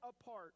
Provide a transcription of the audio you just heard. apart